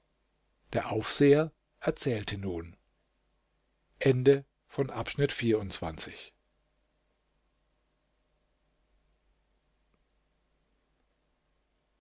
der aufseher erzählte nun